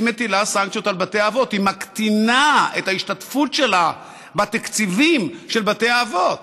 היא מקטינה את ההשתתפות שלה בתקציבים של בתי האבות.